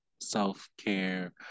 self-care